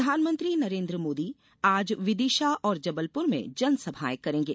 प्रधानमंत्री नरेन्द्र मोदी आज विदिशा और जबलपुर में जनसभाए करेंगे